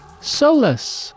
Solus